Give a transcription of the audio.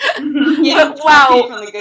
Wow